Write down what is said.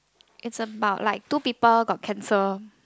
its about like two people got cancer